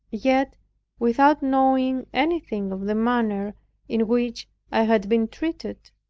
yet without knowing anything of the manner in which i had been treated,